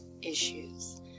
issues